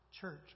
church